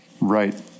Right